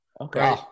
Okay